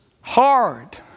hard